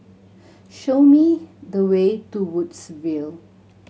show me the way to Woodsville